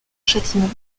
châtiment